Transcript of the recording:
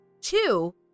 Two